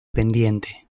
pendiente